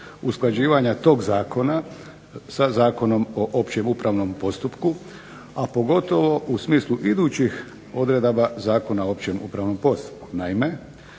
usklađivanja tog zakona sa Zakonom o općem upravnom postupku, a pogotovo u smislu idućih odredaba Zakona o općem upravnom postupku.